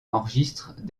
enregistrent